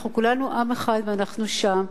אנחנו כולנו עם אחד, ואנחנו שם.